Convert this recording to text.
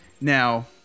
Now